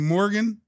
Morgan